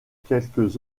quelque